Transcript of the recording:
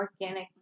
organic